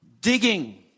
Digging